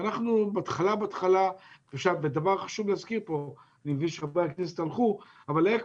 אני מבין שחברי הכנסת הלכו אבל חשוב